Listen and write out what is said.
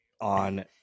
on